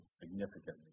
significantly